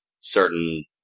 certain